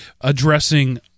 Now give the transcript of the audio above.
addressing